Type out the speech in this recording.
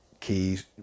Keys